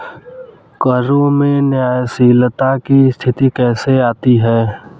करों में न्यायशीलता की स्थिति कैसे आती है?